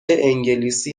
انگلیسی